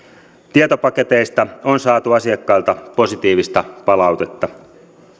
tietopaketeista on saatu asiakkailta positiivista palautetta